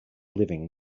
living